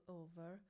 over